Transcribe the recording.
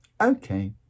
Okay